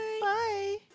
Bye